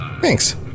Thanks